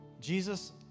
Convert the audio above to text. Jesus